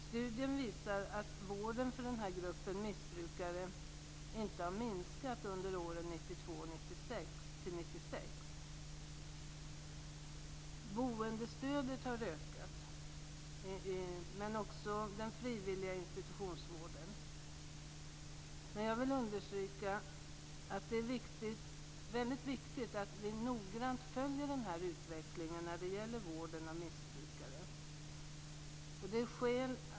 Studien visar att vården för denna grupp missbrukare inte har minskat under perioden 1992-1996. Boendestödet har ökat men också den frivilliga institutionsvården. Men jag vill understryka att det är mycket viktigt att vi noggrant följer utvecklingen när det gäller vården av missbrukare.